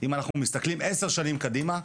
אם אנחנו מסתכלים עשר שנים קדימה,